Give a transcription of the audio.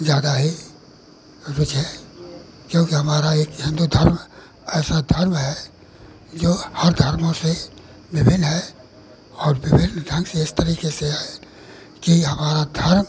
ज़्यादा ही रुचि है क्योंकि हमारा एक ही हिन्दू धर्म ऐसा धर्म है जो हर धर्मों से विभिन्न है और विभिन्न ढ़ंग से इस तरीक़े से है कि हमारा धर्म